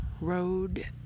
road